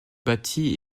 bâti